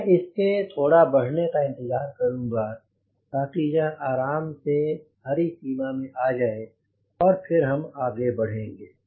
मैं इसके थोड़ा बढ़ने का इंतज़ार करूँगा ताकि यह आराम से हरी सीमा में आ जाए और हम फिर आगे बढ़ेंगे